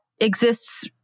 exists